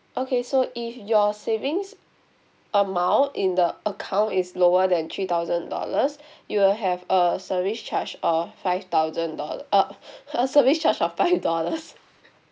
okay so if your savings amount in the account is lower than three thousand dollars you will have a service charge of five thousand dol~ oh uh service charge of five dollars